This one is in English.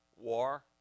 war